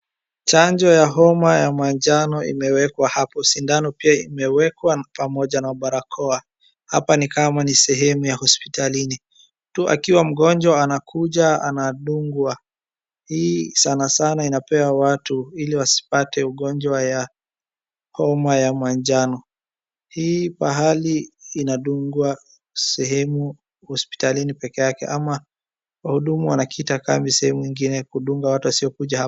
Chanjo ya homa ya manjano imewekwa hapa. Sindano na barakoa zimewekwa hapa. Ni kama ni sehemu ya hospitalini, mtu akiwa mgonjwa anakuja anadungwa ,hii sanasana inapewa watu ili wasipate ugonjwa wa homa ya manjano. Inadungwa sehemu hospitalini pekee yake ama wahudumu wanakita kambi sehemu ingine kudunga watu wasiokuja hapa.